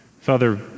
Father